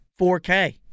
4K